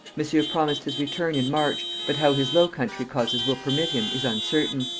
monsieur promised his return in march, but how his low country causes will permit him is uncertain.